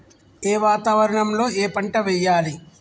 ఏ వాతావరణం లో ఏ పంట వెయ్యాలి?